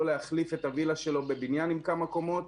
להחליף את הווילה שלו בבניין עם כמה קומות.